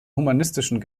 humanistischen